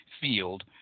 field